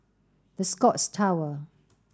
The Scotts Tower